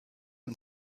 und